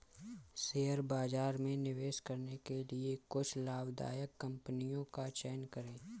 share बाजार में निवेश करने के लिए कुछ लाभदायक कंपनियों का चयन करें